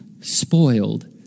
spoiled